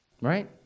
right